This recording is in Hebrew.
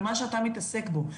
במה שאתה מתעסק בו,